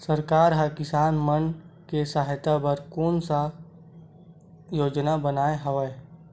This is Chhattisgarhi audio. सरकार हा किसान मन के सहायता बर कोन सा योजना बनाए हवाये?